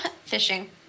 Fishing